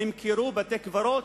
נמכרו בתי-קברות.